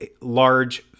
large